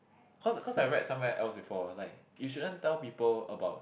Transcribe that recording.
cause cause I read somewhere else before like you shouldn't tell people about